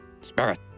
Spirit